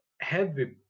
heavy